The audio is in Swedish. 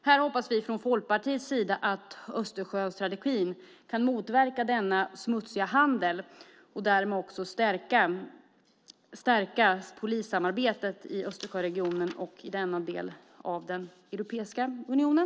Här hoppas vi från Folkpartiets sida att Östersjöstrategin kan motverka denna smutsiga handel och därmed stärka polissamarbetet i Östersjöregionen och i denna del av Europeiska unionen.